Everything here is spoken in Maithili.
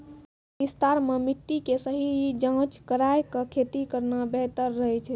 कृषि विस्तार मॅ मिट्टी के सही जांच कराय क खेती करना बेहतर रहै छै